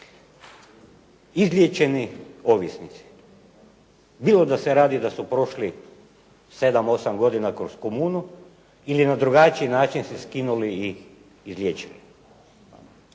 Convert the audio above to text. izliječeni ovisnici, bilo da se radi da su prošli 7, 8 godina kroz komunu ili na drugačiji način se skinuli i izliječili.